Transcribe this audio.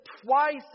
twice